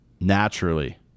naturally